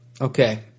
okay